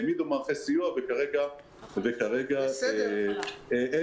העמידו מערכי סיוע וכרגע אין מיצוי.